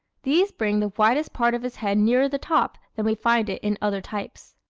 these bring the widest part of his head nearer the top than we find it in other types.